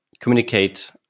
communicate